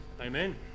Amen